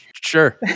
Sure